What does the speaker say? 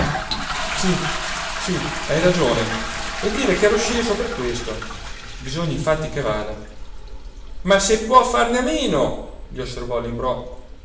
sí sí hai ragione e dire ch'ero sceso per questo bisogna infatti che vada ma se può farne a meno gli osservò